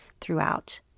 throughout